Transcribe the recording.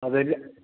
അതെയല്ലെ